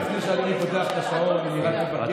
לפני שאני פותח את השעון אני מבקש,